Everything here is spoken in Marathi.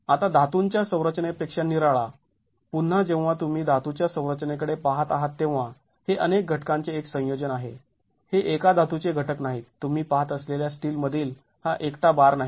आता धातूंच्या संरचनेपेक्षा निराळा पुन्हा जेव्हा तुम्ही धातूच्या संरचनेकडे पहात आहात तेव्हा हे अनेक घटकांचे एक संयोजन आहे हे एका धातूचे घटक नाहीत तुम्ही पाहत असलेल्या स्टील मधील हा एकटा बार नाही